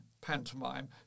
pantomime